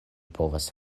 povas